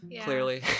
clearly